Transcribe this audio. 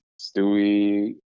Stewie